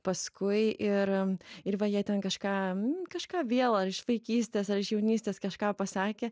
paskui ir ir va jie ten kažką m kažką vėl ar iš vaikystės ar iš jaunystės kažką pasakė